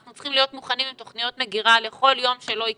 אנחנו צריכים להיות מוכנים עם תכניות מגירה לכל יום שלא יקרה.